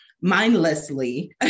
mindlessly